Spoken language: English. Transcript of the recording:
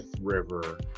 River